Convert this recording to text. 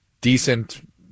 decent